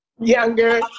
younger